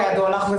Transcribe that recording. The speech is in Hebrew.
כידוע לך,